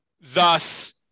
thus